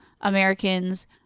Americans